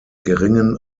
geringen